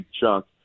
chunk